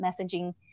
messaging